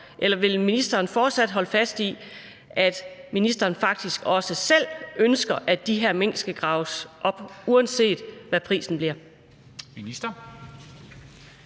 eller vil ministeren fortsat holde fast i, at ministeren faktisk også selv ønsker, at de her mink skal graves op, uanset hvad prisen bliver?